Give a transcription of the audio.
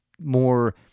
more